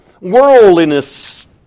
worldliness